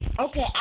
Okay